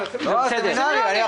נושא הסמינרים.